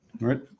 right